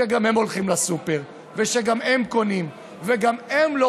שגם הם הולכים לסופר וגם הם קונים,